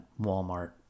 Walmart